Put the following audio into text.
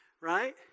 Right